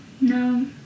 no